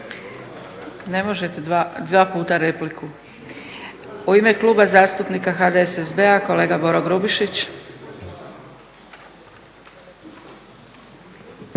Ne možete dva puta repliku. U ime Kluba zastupnika HDSSB-a kolega Boro Grubišić.